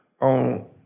on